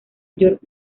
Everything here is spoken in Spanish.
york